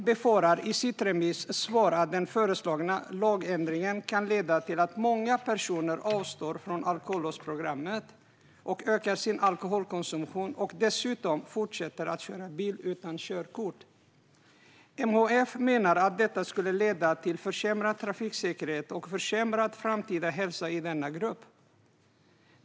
MHF skriver i sitt remissvar att man befarar att den föreslagna lagändringen kan leda till att många personer avstår från alkolåsprogrammet, ökar sin alkoholkonsumtion och dessutom fortsätter att köra bil utan körkort. MHF menar att detta skulle leda till försämrad trafiksäkerhet och försämrad framtida hälsa i denna grupp.